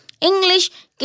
English